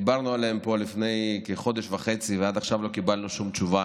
שדיברנו עליהם פה לפני כחודש וחצי ועד עכשיו לא קיבלנו שום תשובה.